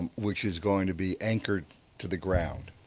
which is going to be anchored to the ground.